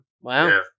Wow